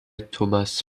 thomas